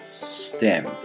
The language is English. stem